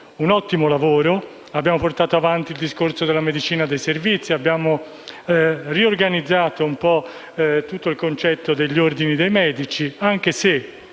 un ottimo lavoro: abbiamo portato avanti il tema della medicina dei servizi e abbiamo riorganizzato tutto il concetto degli ordini dei medici, anche se